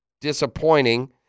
disappointing